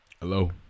Hello